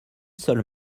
seule